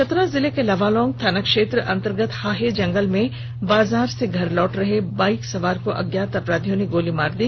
चतरा जिले के लावालौंग थाना क्षेत्र अंतर्गत हाहे जंगल मे बाजार से घर लौट रहे बाईक सवार को अज्ञात अपराधियों ने गोली मार दी